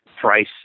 Price